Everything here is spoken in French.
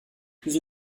plus